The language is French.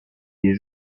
des